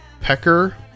Pecker